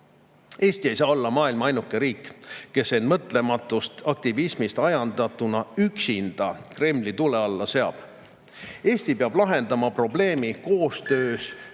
Eesti ei saa olla maailma ainuke riik, kes end mõtlematust aktivismist ajendatuna üksinda Kremli tule alla seab. Eesti peab lahendama probleemi koostöös teiste